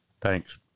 Thanks